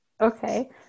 Okay